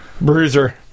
Bruiser